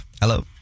Hello